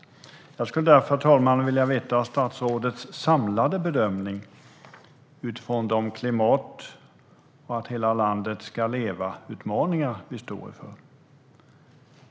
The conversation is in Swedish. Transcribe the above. Därför vill jag, herr talman, höra något om statsrådets samlade bedömning utifrån de klimatutmaningar som vi står inför och att hela landet ska leva.